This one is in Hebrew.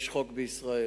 יש חוק בישראל.